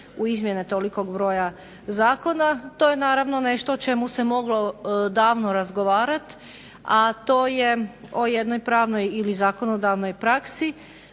u izmjene tolikog broja zakona. To je naravno nešto o čemu se moglo davno razgovarati, a to je o jednoj pravnoj ili zakonodavnoj praksi.